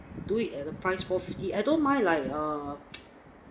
do it at a price four fifty I don't mind like uh